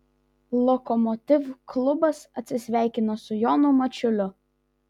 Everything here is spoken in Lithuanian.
lokomotiv klubas atsisveikino su jonu mačiuliu